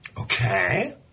Okay